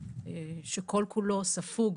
שכל כולו ספוג